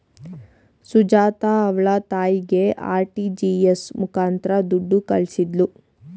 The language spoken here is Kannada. ಸುಜಾತ ಅವ್ಳ ತಾಯಿಗೆ ಆರ್.ಟಿ.ಜಿ.ಎಸ್ ಮುಖಾಂತರ ದುಡ್ಡು ಕಳಿಸಿದ್ಲು